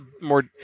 more